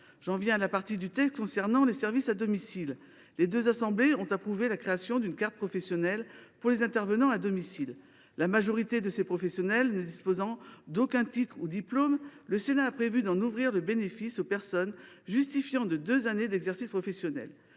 J’en viens à la partie du texte concernant les services à domicile. Les deux assemblées ont approuvé la création d’une carte professionnelle pour les intervenants à domicile. La majorité d’entre eux ne disposant d’aucun titre ou diplôme, le Sénat a prévu d’autoriser la délivrance de cette carte aux personnes justifiant de deux années d’exercice professionnel.